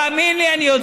תאמין לי, אני יודע.